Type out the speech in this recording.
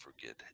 forget